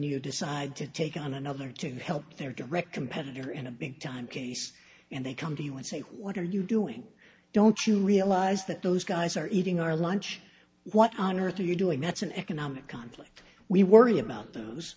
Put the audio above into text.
you decide to take on another to help their direct competitor in a big time case and they come to you and say what are you doing don't you realize that those guys are eating our lunch what on earth are you doing that's an economic conflict we worry about th